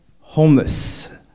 homeless